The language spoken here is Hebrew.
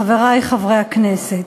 חברי חברי הכנסת,